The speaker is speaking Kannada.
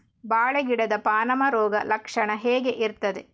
ಬಾಳೆ ಗಿಡದ ಪಾನಮ ರೋಗ ಲಕ್ಷಣ ಹೇಗೆ ಇರ್ತದೆ?